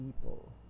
people